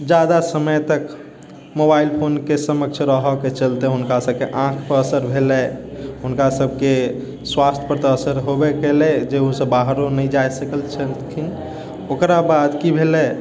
जा शदा समय तक मोबाइल फोन के समक्ष रहय के चलते हुनका सबके आँखि पे असर भेलै हुनका सबके स्वास्थ्य पर तऽ असर होबय केलै जे ओसब बाहरो नहि जा सकल छलखिन ओकरा बाद की भेलै